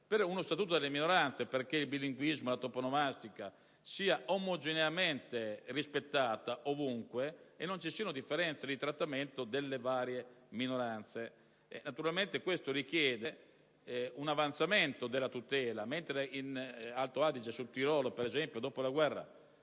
per uno statuto delle minoranze. Ciò affinché il bilinguismo e la toponomastica siano omogeneamente rispettati ovunque e non vi siano differenze di trattamento delle varie minoranze. Naturalmente questo richiede un avanzamento della tutela. Mentre in Alto Adige e Sud Tirolo dopo la guerra